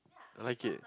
I like it